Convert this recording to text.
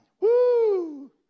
Woo